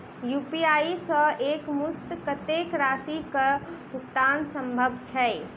UPI सऽ एक मुस्त कत्तेक राशि कऽ भुगतान सम्भव छई?